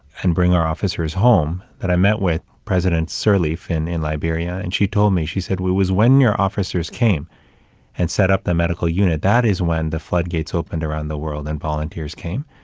and bring our officers home, that i met with president sirleaf in in liberia, and she told me she said it was when your officers came and set up the medical unit, that is when the floodgates opened around the world and volunteers came,